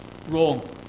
wrong